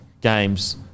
games